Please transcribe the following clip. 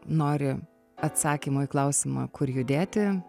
nori atsakymo į klausimą kur judėti